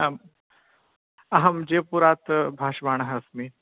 आम् अहं जयपुरात् भाषमाणः अस्मि